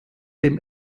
dem